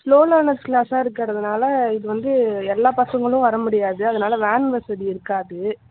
slow learners கிளாஸாக இருக்கிறதுனால இது வந்து எல்லா பசங்களும் வர முடியாது அதனால வேன் வசதி இருக்காது